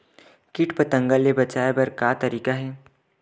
कीट पंतगा ले बचाय बर का तरीका हे?